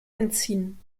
entziehen